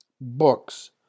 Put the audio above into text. Books